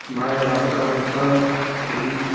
ਮੈਂ ਰੱਦ ਕਰ ਦਿੱਤਾ ਸੀ